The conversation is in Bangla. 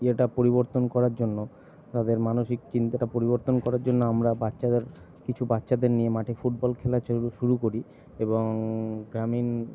ইয়েটা পরিবর্তন করার জন্য তাদের মানসিক চিন্তাটা পরিবর্তন করার জন্য আমরা বাচ্চাদের কিছু বাচ্চাদের নিয়ে মাঠে ফুটবল খেলা চালু শুরু করি এবং গ্রামীণ